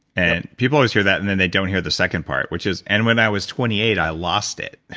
and people always hear that and then they don't hear the second part, which is and when i was twenty eight, i lost it.